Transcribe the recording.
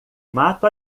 mato